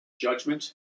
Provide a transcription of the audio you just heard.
judgment